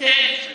כן.